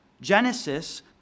Genesis